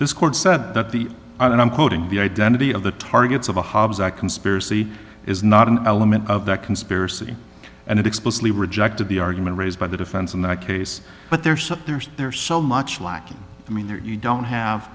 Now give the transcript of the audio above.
this court said that the and i'm quoting the identity of the targets of a conspiracy is not an element of that conspiracy and it explicitly rejected the argument raised by the defense in that case but there so there's there's so much lacking i mean you don't have